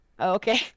Okay